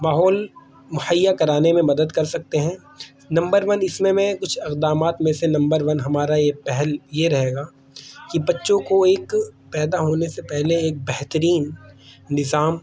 ماحول مہیا کرانے میں مدد کر سکتے ہیں نمبر ون اس میں کچھ اقدامات میں سے نمبر ون ہمارا یہ پہل یہ رہے گا کہ بچوں کو ایک پیدا ہونے سے پہلے ایک بہترین نظام